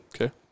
Okay